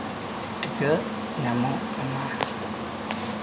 ᱴᱷᱤᱠᱟᱹ ᱧᱟᱢᱚᱜ ᱠᱟᱱᱟ